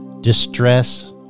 distress